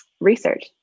research